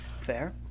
Fair